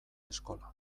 eskola